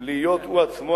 להיות הוא עצמו,